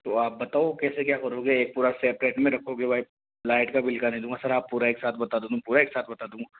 तो आप बताओ कैसे क्या करोगे एक पूरा सेपरेट में रखोगे लाइट का बिल क्या नहीं दूँगा सर आप पूरा एक साथ बता दो ना पूरा एक साथ बता दूँगा